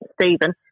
Stephen